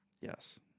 Yes